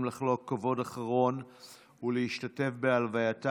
כנסת המבקשים לחלוק כבוד אחרון ולהשתתף בהלווייתה